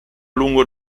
lungo